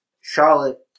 Charlotte